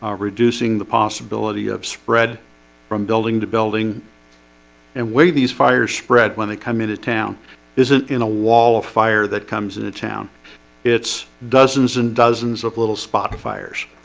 reducing the possibility of spread from building to building and way these fires spread when they come into town isn't in a wall of fire that comes into town it's dozens and dozens of little spot fires.